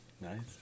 Nice